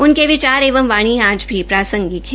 उनके विचार एवं वाणी आज भी प्रासंगिक हैं